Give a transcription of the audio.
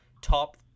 top